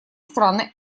страны